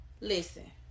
listen